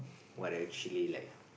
what I actually like